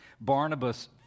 Barnabas